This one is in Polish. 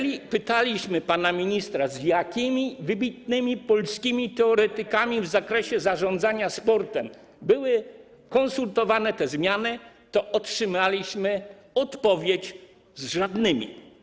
Kiedy pytaliśmy pana ministra, z jakimi wybitnymi polskimi teoretykami w zakresie zarządzania sportem były konsultowane te zmiany, to otrzymaliśmy odpowiedź, że z żadnymi.